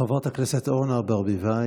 חברת הכנסת אורנה ברביבאי,